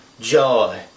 joy